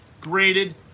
graded